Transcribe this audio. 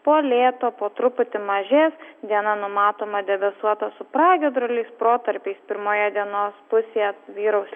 po lėto po truputį mažės diena numatoma debesuota su pragiedruliais protarpiais pirmoje dienos pusėje vyraus